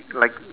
like